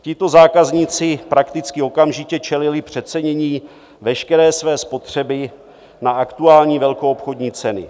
Tito zákazníci prakticky okamžitě čelili přecenění veškeré své spotřeby na aktuální velkoobchodní ceny.